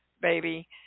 baby